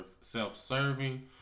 self-serving